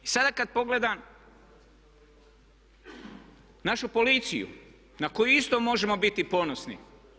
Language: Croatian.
Sada kad pogledam našu policiju na koju isto možemo biti ponosni.